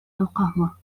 القهوة